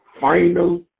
final